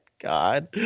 god